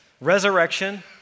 Resurrection